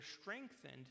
strengthened